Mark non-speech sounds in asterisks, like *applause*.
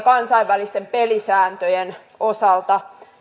*unintelligible* kansainvälisten pelisääntöjen osalta